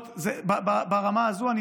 ברמה הזאת.